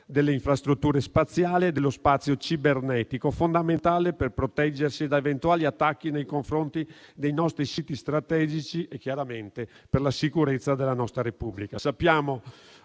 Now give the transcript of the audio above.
delle infrastrutture spaziali e dello spazio cibernetico, è fondamentale per proteggersi da eventuali attacchi nei confronti dei nostri siti strategici e, chiaramente, per la sicurezza della nostra Repubblica.